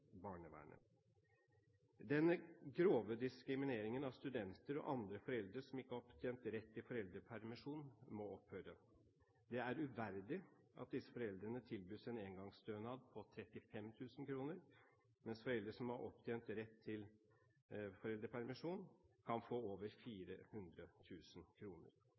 barnevernet. Den grove diskrimineringen av studenter og andre foreldre som ikke har opptjent rett til foreldrepermisjon, må opphøre. Det er uverdig at disse foreldrene tilbys en engangsstønad på 35 000 kr, mens foreldre som har opptjent rett til foreldrepermisjon, kan få over